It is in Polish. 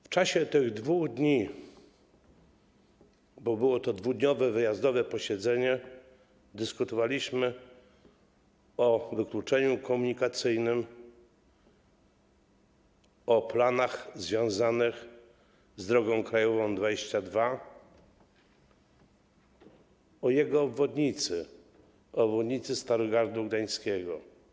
W czasie tych 2 dni, bo było to dwudniowe wyjazdowe posiedzenie, dyskutowaliśmy o wykluczeniu komunikacyjnym, o planach związanych z drogą krajową nr 22, o jego obwodnicy, obwodnicy Starogardu Gdańskiego.